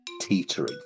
teetering